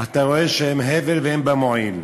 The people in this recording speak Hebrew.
אתה רואה שהן הבל ואין בן מועיל.